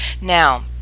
now